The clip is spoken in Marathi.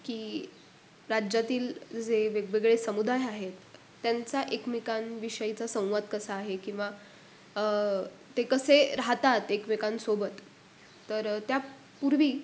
की राज्यातील जे वेगवेगळे समुदाय आहेत त्यांचा एकमेकांविषयीचा संवाद कसा आहे किंवा ते कसे राहतात एकमेकांसोबत तर त्या पूर्वी